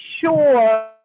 sure